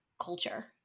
culture